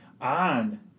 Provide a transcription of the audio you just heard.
on